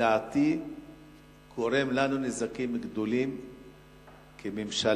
לדעתי קורים לנו נזקים גדולים כממשלה,